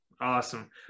Awesome